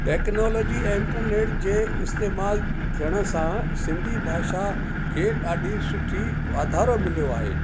technology ऐं internet जे इस्तेमालु थियण सां सिंधी भाषा खे ॾाढी सुठी वाधारो मिलियो आहे